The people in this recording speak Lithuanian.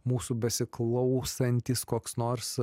mūsų besiklausantys koks nors